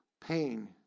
pain